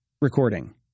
recording